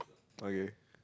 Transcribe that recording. okay